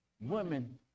women